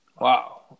Wow